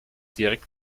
direkt